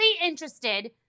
interested